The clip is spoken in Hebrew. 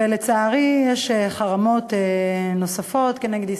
לצערי יש חרמות נוספים נגד ישראל,